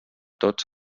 tots